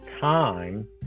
time